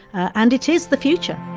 and it is the future